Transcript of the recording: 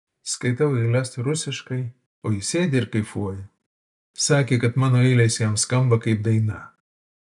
skaitau eiles rusiškai o jis sėdi ir kaifuoja sakė kad mano eilės jam skamba kaip daina